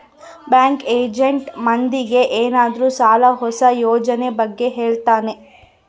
bank agent ಮಂದಿಗೆ ಏನಾದ್ರೂ ಸಾಲ ಹೊಸ ಯೋಜನೆ ಬಗ್ಗೆ ಹೇಳ್ತಾನೆ